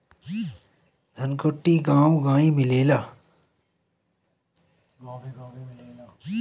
धनकुट्टी गांवे गांवे मिलेला